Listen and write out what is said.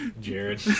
Jared